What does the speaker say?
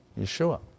Yeshua